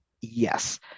Yes